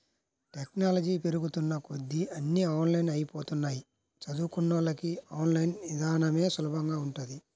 technology పెరుగుతున్న కొద్దీ అన్నీ ఆన్లైన్ అయ్యిపోతన్నయ్, చదువుకున్నోళ్ళకి ఆన్ లైన్ ఇదానమే సులభంగా ఉంటది